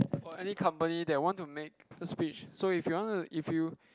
or any company that want to make a speech so if you want to if you